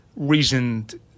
reasoned